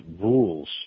rules